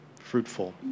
fruitful